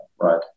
right